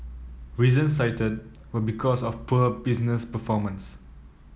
reasons cited were because of poor business performance